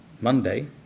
Monday